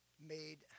made